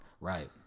Right